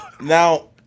Now